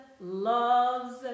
loves